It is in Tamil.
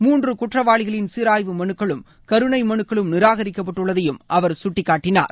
மூன்று குற்றவாளிகளின் சீராய்வு மனுக்களும் கருணை மனுக்களும் நிராகரிக்கப்பட்டுள்ளதையும் அவர் சுட்டிக்காட்டினார்